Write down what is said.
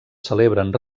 celebren